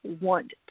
want